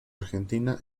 argentina